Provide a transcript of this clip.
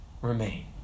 remain